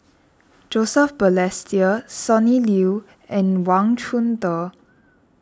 Joseph Balestier Sonny Liew and Wang Chunde